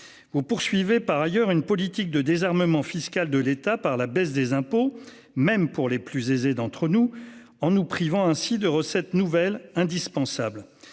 Poursuivait par ailleurs une politique de désarmement fiscal de l'État par la baisse des impôts, même pour les plus aisés d'entre nous en nous privant ainsi de recettes nouvelles indispensable.